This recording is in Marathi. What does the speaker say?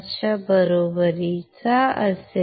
च्या बरोबरीचा असेल